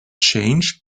changed